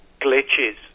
glitches